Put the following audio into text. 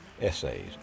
essays